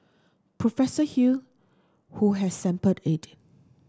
Professor Hew who has sampled it